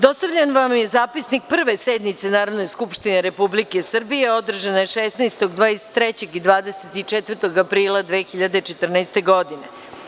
Dostavljen vam je zapisnik Prve sednice Narodne skupštine Republike Srbije održane 16, 23. i 24. aprila 2014. godine.